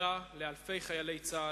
תודה לאלפי חיילי צה"ל,